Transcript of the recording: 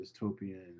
dystopian